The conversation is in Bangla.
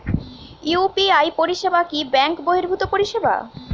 ইউ.পি.আই পরিসেবা কি ব্যাঙ্ক বর্হিভুত পরিসেবা?